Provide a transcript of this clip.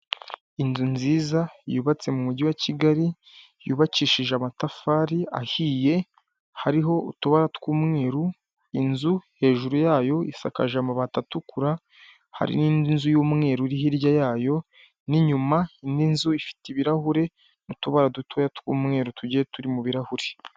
Inzu nziza yubatse mu mujyi wa Kigali yubakishije amatafari ahiye, hariho utubara tw'umweru, inzu hejuru yayo isakaje amabati atukura, hari n'indi nzu y'umweru iri hirya yayo n'inyuma indi nzu ifite ibirahure n'utubara duto tw'umweru tugiye turi mu birarahuri.